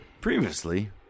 Previously